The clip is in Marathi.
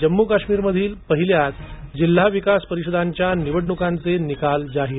जम्मू काश्मीरमधील पहिल्याच जिल्हा विकास परिषदांच्या निवडणुकीचे निकाल जाहीर